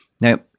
Now